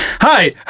Hi